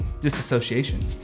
Disassociation